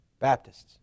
Baptists